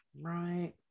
Right